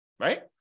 right